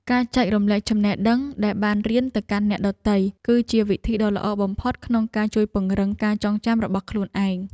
ការចែករំលែកចំណេះដឹងដែលបានរៀនទៅកាន់អ្នកដទៃ គឺជាវិធីដ៏ល្អបំផុតក្នុងការជួយពង្រឹងការចងចាំរបស់ខ្លួនឯង។